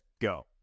go